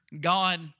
God